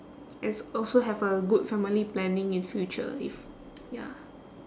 and s~ also have a good family planning in future if ya